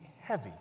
heavy